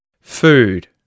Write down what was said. Food